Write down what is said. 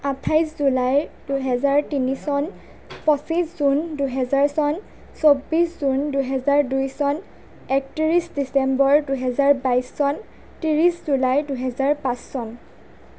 আঠাইছ জুলাই দুহেজাৰ তিনি চন পঁচিছ জুন দুহেজাৰ চন চৌব্বিছ জুন দুহেজাৰ দুই চন একত্ৰিছ ডিচেম্বৰ দুহেজাৰ বাইছ চন ত্ৰিছ জুলাই দুহেজাৰ পাঁচ চন